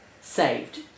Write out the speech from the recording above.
saved